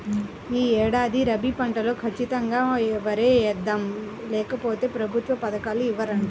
యీ ఏడాది రబీ పంటలో ఖచ్చితంగా వరే యేద్దాం, లేకపోతె ప్రభుత్వ పథకాలు ఇవ్వరంట